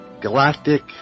galactic